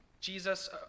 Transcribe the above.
Jesus